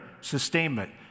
sustainment